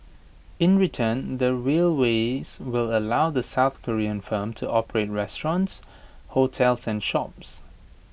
in return the railways will allow the south Korean firm to operate restaurants hotels and shops